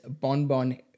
bonbon